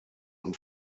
und